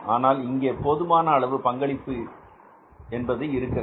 ஆனால் இங்கே போதுமான அளவு பங்களிப்பு என்பது இருக்கிறது